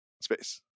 Space